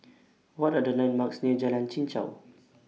What Are The landmarks near Jalan Chichau